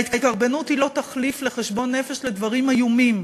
וההתקרבנות היא לא תחליף לחשבון נפש על דברים איומים